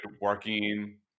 working